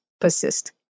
persist